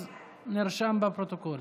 אז נרשם בפרוטוקול.